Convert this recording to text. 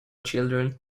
children